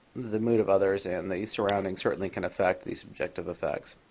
the move others and the surrounding certainly can affect the subjective effects.